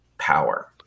power